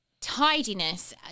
tidiness